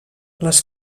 les